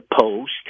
post